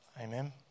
Amen